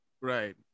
Right